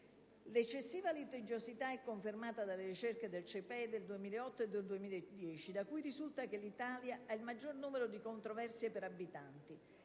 L'eccessiva litigiosità è confermata dalle ricerche del CEPEJ del 2008 e del 2010, da cui risulta che l'Italia ha il maggior numero di controversie per abitante.